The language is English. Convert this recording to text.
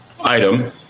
item